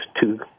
two